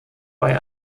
bei